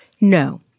No